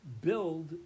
build